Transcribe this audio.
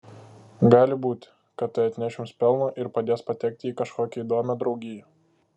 gali būti kad tai atneš jums pelno ir padės patekti į kažkokią įdomią draugiją